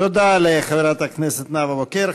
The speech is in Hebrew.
תודה לחברת הכנסת נאוה בוקר.